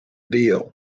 deal